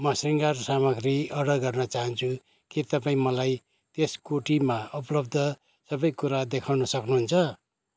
म शृङ्गार सामग्री अर्डर गर्न चाहन्छु के तपाईँ मलाई त्यस कोटीमा उपलब्ध सबै कुरा देखाउन सक्नुहुन्छ